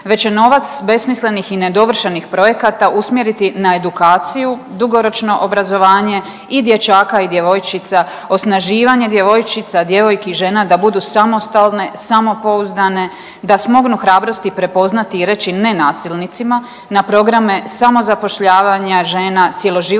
već će novac besmislenih i nedovršenih projekata usmjeriti edukaciju, dugoročno obrazovanje i dječaka i djevojčica, osnaživanje djevojčica, djevojki, žena da budu samostalne, samopouzdane, da smognu hrabrosti prepoznati i reći ne nasilnicima na programe samozapošljavanja žena, cjeloživotnog